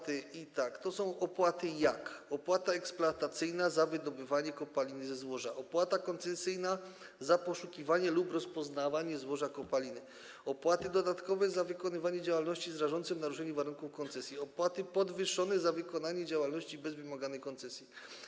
To są opłaty takie, jak: opłata eksploatacyjna za wydobywanie kopalin ze złoża, opłata koncesyjna za poszukiwanie lub rozpoznawanie złoża, kopaliny, opłata dodatkowa za wykonywanie działalności z rażącym naruszeniem warunków koncesji, opłata podwyższona za wykonywanie działalności bez wymaganej koncesji.